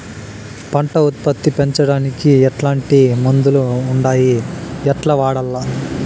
పంట ఉత్పత్తి పెంచడానికి ఎట్లాంటి మందులు ఉండాయి ఎట్లా వాడల్ల?